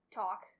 talk